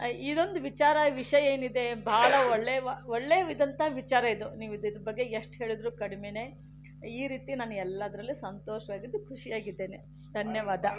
ಇದೊಂದು ವಿಚಾರ ವಿಷಯ ಏನಿದೆ ಬಹಳ ಒಳ್ಳೆ ಒಳ್ಳೆವಿದಂತಹ ವಿಚಾರ ಇದು ನೀವು ಇದ್ ಇದರ ಬಗ್ಗೆ ಎಷ್ಟು ಹೇಳಿದರೂ ಕಡಿಮೆಯೇ ಈ ರೀತಿ ನಾನು ಎಲ್ಲದರಲ್ಲೂ ಸಂತೋಷವಾಗಿದ್ದು ಖುಷಿಯಾಗಿದ್ದೇನೆ ಧನ್ಯವಾದ